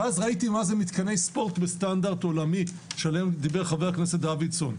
ואז ראיתי מה זה מתקני ספורט בסטנדרט עולמי שעליהם דיבר ח"כ דוידסון.